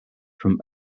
from